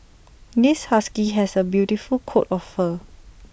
this husky has A beautiful coat of fur